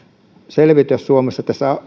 selviytyä suomessa